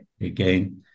again